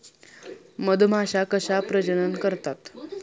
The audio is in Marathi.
मधमाश्या कशा प्रजनन करतात?